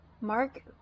Mark